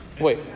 wait